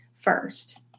first